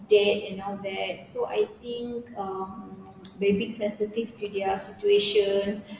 dead and all that so I think um a bit sensitive to their situation